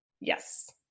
yes